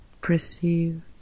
perceive